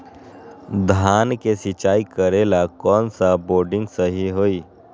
धान के सिचाई करे ला कौन सा बोर्डिंग सही होई?